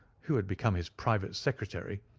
who had become his private secretary,